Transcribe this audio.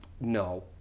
no